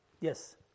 Yes